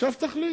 עכשיו תחליטו,